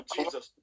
Jesus